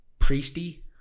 priesty